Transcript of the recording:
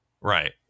Right